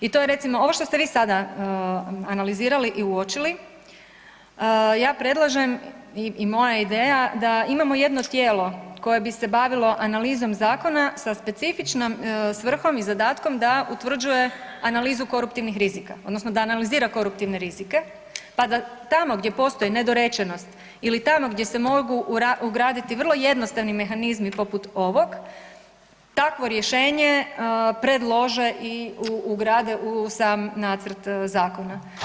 I to je recimo, ovo što ste vi sada analizirali i uočili, ja predlažem i moja je ideja da imamo jedno tijelo koje bi se bavilo analizom zakona sa specifičnom svrhom i zadatkom da utvrđuje analizu koruptivnih rizika odnosno da analizira koruptivne rizike, pa da tamo gdje postoji nedorečenost ili tamo gdje se mogu ugraditi vrlo jednostavni mehanizmi poput ovog takvo rješenje predlože i ugrade u sam nacrt zakona.